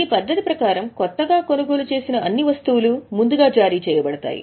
ఈ పద్ధతి ప్రకారం కొత్తగా కొనుగోలు చేసిన అన్ని వస్తువులు ముందుగా జారీ చేయబడతాయి